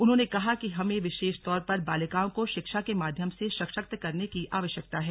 उन्होंने कहा कि हमें विशेषतौर पर बालिकाओं को शिक्षा के माध्यम से सशक्त करने की आवश्यकता है